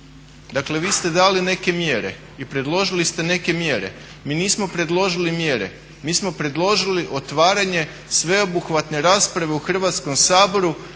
Dakle, vi ste dali neke mjere i predložili ste neke mjere. Mi nismo predložili mjere, mi smo predložili otvaranje sveobuhvatne rasprave u Hrvatskom saboru